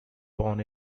born